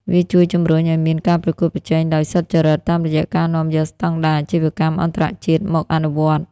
វាជួយជំរុញឱ្យមានការប្រកួតប្រជែងដោយសុច្ចរិត តាមរយៈការនាំយកស្ដង់ដារអាជីវកម្មអន្តរជាតិមកអនុវត្ត។